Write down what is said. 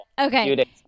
Okay